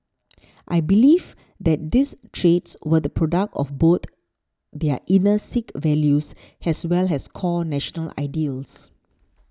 I believe that these traits were the product of both their inner Sikh values as well as core national ideals